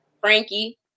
Frankie